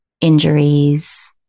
injuries